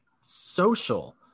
social